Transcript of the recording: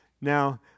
Now